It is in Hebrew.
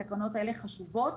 התקנות האלה חשובות,